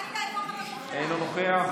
אינו נוכח,